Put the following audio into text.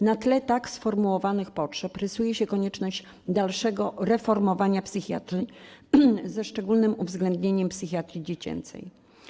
Na tle tak sformułowanych potrzeb rysuje się konieczność dalszego reformowania psychiatrii ze szczególnym uwzględnieniem psychiatrii dziecięcej.